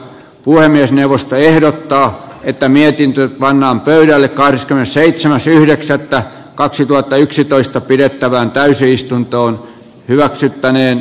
puhemiesneuvosto ehdottaa että mietintö pannaan pöydälle kahdeskymmenesseitsemäs yhdeksättä kaksituhattayksitoista pidettävään täysistuntoon hyväksyttäneen